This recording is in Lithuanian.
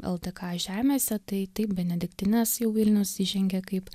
ldk žemėse tai taip benediktinės jau vilnius įžengė kaip